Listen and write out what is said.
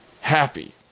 happy